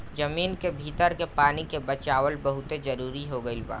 जमीन के भीतर के पानी के बचावल बहुते जरुरी हो गईल बा